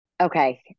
Okay